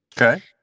Okay